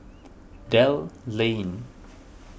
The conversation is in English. Dell Lane